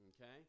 Okay